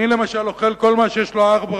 אני למשל אוכל כל מה שיש לו ארבע רגליים,